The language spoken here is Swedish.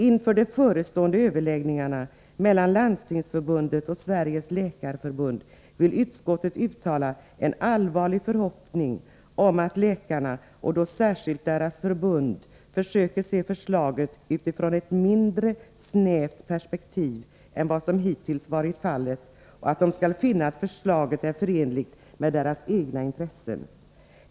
Inför de förestående överläggningarna mellan Landstingsförbundet och Sveriges läkarförbund, vill utskottet uttala en allvarlig förhoppning om att läkarna — och då särskilt deras förbund — försöker se förslaget utifrån ett mindre snävt perspektiv än vad som hittills varit fallet och att de skall finna att förslaget är förenligt med deras egna intressen.